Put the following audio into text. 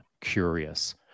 curious